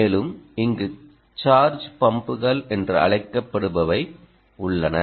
மேலும் இங்கு சார்ஜ் பம்புகள் என்று அழைக்கப்படுபவை உள்ளன